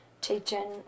teaching